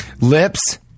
Lips